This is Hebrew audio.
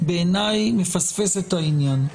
בעיניי מפספס את העניין.